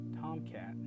Tomcat